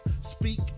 speak